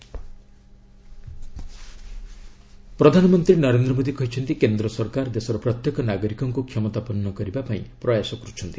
PM Bharati festival ପ୍ରଧାନମନ୍ତ୍ରୀ ନରେନ୍ଦ୍ର ମୋଦୀ କହିଛନ୍ତି କେନ୍ଦ୍ର ସରକାର ଦେଶର ପ୍ରତ୍ୟେକ ନାଗରିକଙ୍କୁ କ୍ଷମତାପନ୍ନ କରିବା ପାଇଁ ପ୍ରୟାସ କରୁଛନ୍ତି